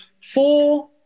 four